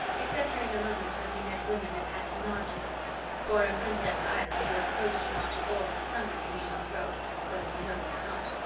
except during the moments when he met women and had to nod to them for in prince edward island you are supposed to nod to all and sundry you meet on the road whether you know them or not.